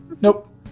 Nope